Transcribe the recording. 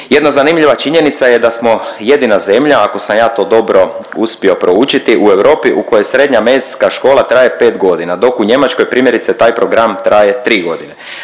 Jedna zanimljiva činjenica je da smo jedina zemlja, ako sam ja to dobro uspio proučiti u Europi, u kojoj srednja medicinska škola traje pet godina dok u Njemačkoj primjerice taj program traje tri godine.